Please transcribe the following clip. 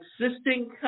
existing